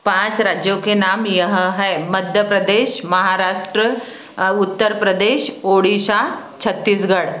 पाँच राज्यों के नाम यह है मध्य प्रदेश महाराष्ट्र उत्तर प्रदेश ओडिशा छत्तीसगढ़